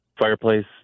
fireplace